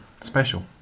special